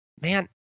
man